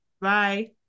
Bye